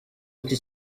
iki